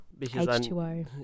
H2O